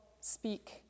speak